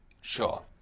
Sure